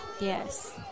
Yes